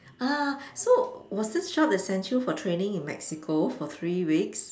ah so was this job that sent you for training in Mexico for three weeks